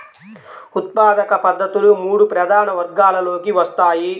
ఉత్పాదక పద్ధతులు మూడు ప్రధాన వర్గాలలోకి వస్తాయి